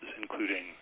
including